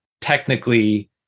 technically